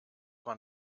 man